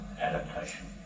adaptation